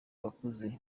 bakuze